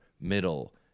middle